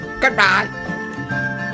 goodbye